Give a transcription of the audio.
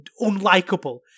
unlikable